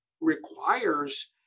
requires